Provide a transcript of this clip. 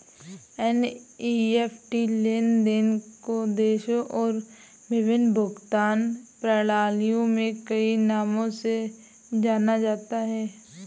NEFT लेन देन को देशों और विभिन्न भुगतान प्रणालियों में कई नामों से जाना जाता है